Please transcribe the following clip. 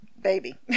Baby